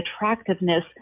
attractiveness